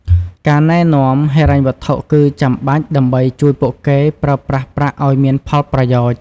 ការណែនាំហិរញ្ញវត្ថុគឺចាំបាច់ដើម្បីជួយពួកគេប្រើប្រាស់ប្រាក់ឱ្យមានផលប្រយោជន៍។